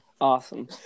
awesome